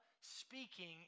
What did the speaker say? speaking